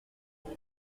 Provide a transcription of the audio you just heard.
mais